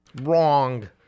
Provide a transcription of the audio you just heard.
Wrong